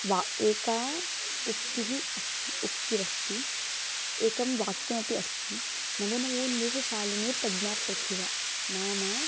वाक् एका उक्तिः अस्ति उक्तिरस्ति एकं वाक्यमपि अस्ति नवो नवोन्वेषशालिनी प्रज्ञा प्रथिभा नाम